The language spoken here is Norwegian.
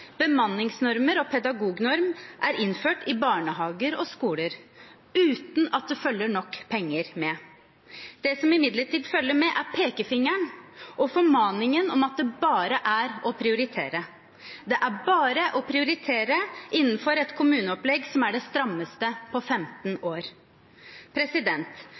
Bemanningsnormer og pedagognorm er innført i barnehager og skoler, uten at det følger nok penger med. Det som imidlertid følger med, er pekefingeren og formaningen om at det bare er å prioritere – det er bare å prioritere innenfor et kommuneopplegg som er det strammeste på 15 år.